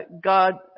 God